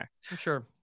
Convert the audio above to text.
sure